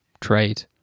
trade